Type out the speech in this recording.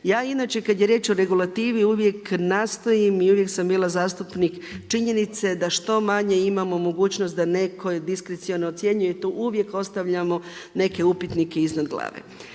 Ja inače kada je riječ o regulativi uvijek nastojim i uvijek sam bila zastupnik činjenice da što manje imamo mogućnost da neko diskreciono ocjenjuje i to uvijek ostavljamo neke upitnike iznad glave.